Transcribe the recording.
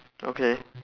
okay